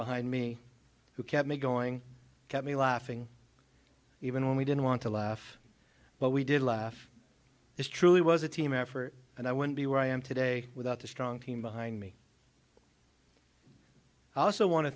behind me who kept me going kept me laughing even when we didn't want to laugh but we did laugh it's truly was a team effort and i wouldn't be where i am today without the strong team behind me i also want to